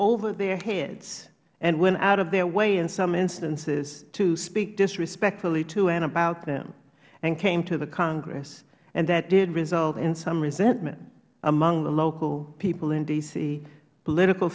over their heads and went out of their way in some instances to speak disrespectfully to and about them and came to the congress and that did result in some resentment among the local people in d c political